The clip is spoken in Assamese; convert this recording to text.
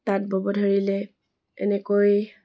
তাঁত ব'ব ধৰিলে এনেকৈ